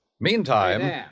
Meantime